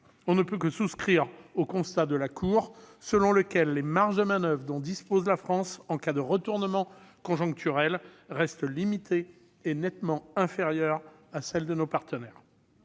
On ne peut que souscrire au constat de la Cour selon lequel « les marges de manoeuvre dont dispose la France en cas de retournement conjoncturel restent limitées, et nettement inférieures à celles de certains